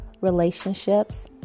relationships